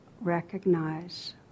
recognize